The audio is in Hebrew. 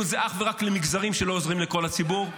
את זה אך ורק למגזרים שלא עוזרים לכל הציבור?